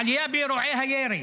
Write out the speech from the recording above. העלייה באירועי הירי,